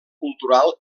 cultural